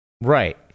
Right